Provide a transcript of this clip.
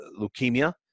leukemia